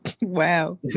Wow